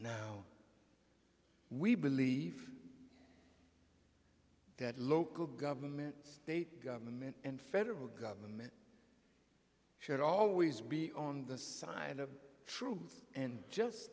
now we believe that local government state government and federal government should always be on the side of truth and just